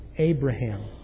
Abraham